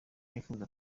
nipfuza